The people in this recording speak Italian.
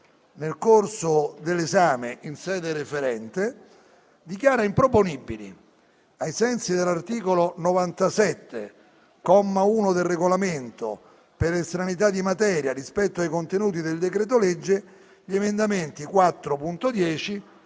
nel corso dell'esame in sede referente, dichiara improponibili, ai sensi dell'articolo 97, comma 1, del Regolamento, per estraneità di materia rispetto ai contenuti del decreto-legge, gli emendamenti 4.10,